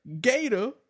Gator